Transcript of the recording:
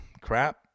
crap